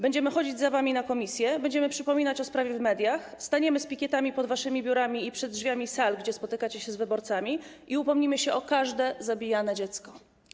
Będziemy chodzić za wami na posiedzenia komisji, będziemy przypominać o sprawie w mediach, staniemy z pikietami pod waszymi biurami i przed drzwiami sal, gdzie spotykacie się z wyborcami, i upomnimy się o każde zabijane dziecko.